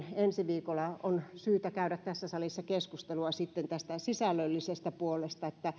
viikolla on syytä käydä tässä salissa keskustelua tästä sisällöllisestä puolesta että